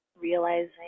realizing